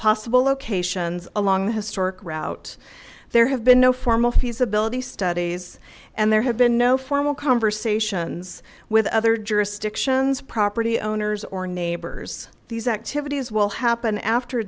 possible locations along the historic route there have been no formal feasibility studies and there have been no formal conversations with other jurisdictions property owners or neighbors these activities will happen after